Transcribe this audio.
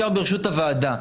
ברשות יושב ראש הוועדה.